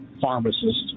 Pharmacist